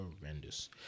horrendous